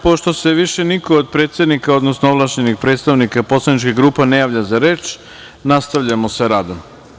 Pošto se više niko od predsednika, odnosno ovlašćenih predstavnika poslaničkih grupa ne javlja za reč, nastavljamo sa radom.